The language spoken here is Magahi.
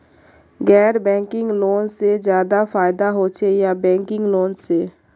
गैर बैंकिंग लोन से ज्यादा फायदा होचे या बैंकिंग लोन से?